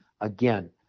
Again